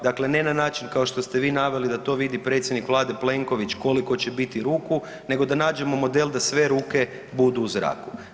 Dakle, ne na način kao što ste vi naveli, da to vidi predsjednik Vlade, Plenković, koliko će biti ruku, nego da nađemo model da sve ruke budu u zraku.